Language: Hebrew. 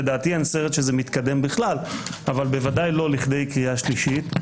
לדעתי אין סרט שזה מתקדם בכלל אבל ודאי לא לכדי קריאה שלישית.